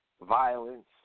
violence